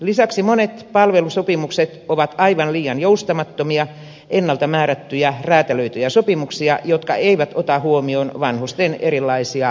lisäksi monet palvelusopimukset ovat aivan liian joustamattomia ennalta määrättyjä räätälöityjä sopimuksia jotka eivät ota huomioon vanhusten erilaisia hoitotarpeita